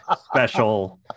special